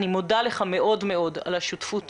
אני מודה לך מאוד מאוד על השותפות